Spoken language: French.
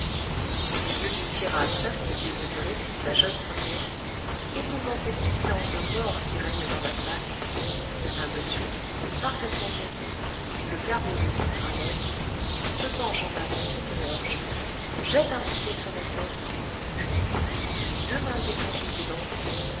au milieu d'une tirade fastidieuse que récite la jeune première épouvantée du silence de mort qui règne dans la salle un monsieur parfaitement bien mis le carreau de vitre à l'œil se penche en avant d'une loge jette un bouquet sur la scène puis les deux mains étendues et longues